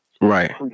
right